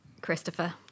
Christopher